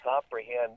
comprehend